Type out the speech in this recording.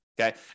Okay